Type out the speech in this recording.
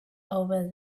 over